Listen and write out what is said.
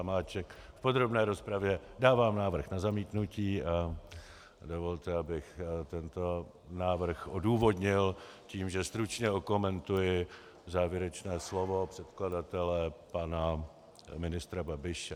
V podrobné rozpravě dávám návrh na zamítnutí a dovolte, abych tento návrh odůvodnil tím, že stručně okomentuji závěrečné slovo předkladatele pana ministra Babiše.